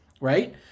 right